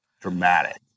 dramatic